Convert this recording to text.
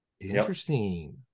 Interesting